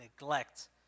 neglect